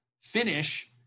finish